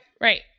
Right